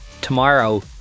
tomorrow